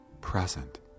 present